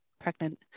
pregnant